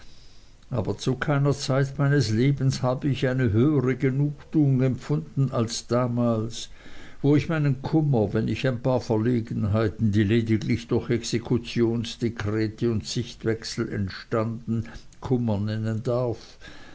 aber zu keiner zeit meines lebens habe ich eine höhere genugtuung empfunden als damals wo ich meinen kummer wenn ich ein paar verlegenheiten die lediglich durch exekutionsdekrete und sichtwechsel entstanden kummer nennen darf